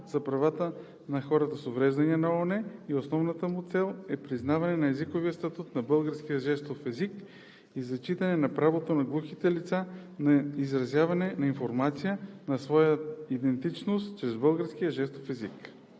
за правата на хората с увреждания на ООН и основната му цел е признаване на езиковия статут на българския жестов език и зачитането на правото на глухите лица на изразяване, на информация и на своя идентичност чрез българския жестов език.